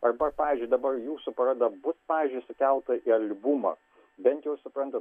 arba pavyzdžiui dabar jūsų paroda bus pavyzdžiui sukelta į albumą bent jau suprantu